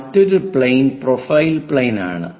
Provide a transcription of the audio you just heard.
മറ്റൊരു plain profile plain ആണ്